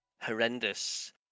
horrendous